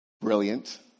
brilliant